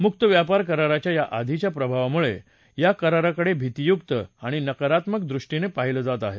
मुक्त व्यापार कराराच्या या आधीच्या प्रभावामुळे या कराराकडे भितीयुक्त आणि नकारात्मक दृष्टीनं पाहिलं जात आहे